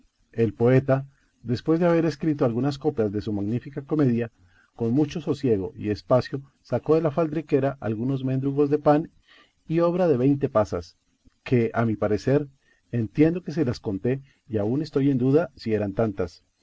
el poeta después de haber escrito algunas coplas de su magnífica comedia con mucho sosiego y espacio sacó de la faldriquera algunos mendrugos de pan y obra de veinte pasas que a mi parecer entiendo que se las conté y aun estoy en duda si eran tantas